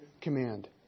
command